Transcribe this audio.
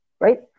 Right